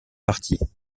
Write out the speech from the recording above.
partie